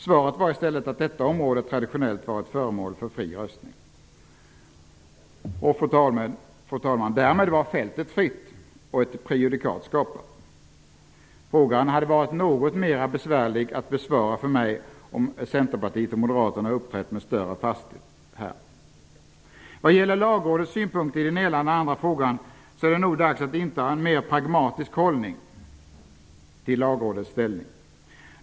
Svaret var i stället att detta område traditionellt har varit föremål för fri röstning. Därmed var fältet fritt och ett prejudikat skapat. Frågan hade varit något mer besvärlig för mig att besvara om Centerpartiet och Moderaterna här hade uppträtt med större fasthet. Vad gäller Lagrådets synpunkter i den ena eller andra frågan är det nog dags att inta en mer pragmatisk hållning till Lagrådets ställning.